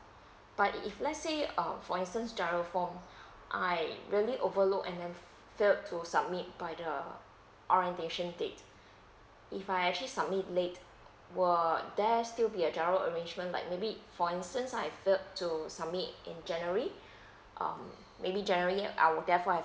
but if if let say um for instance giro form I rarely overlook and then failed to submit by the orientation date if I actually submit late were there still be a giro arrangement like maybe for instance I failed to submit in january um maybe january I will therefore